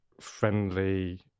friendly